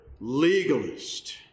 legalist